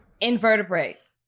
Invertebrates